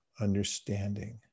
understanding